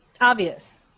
Obvious